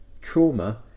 trauma